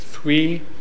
Three